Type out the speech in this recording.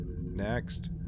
next